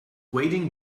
wading